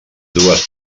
dues